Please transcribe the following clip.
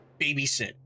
babysit